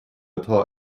atá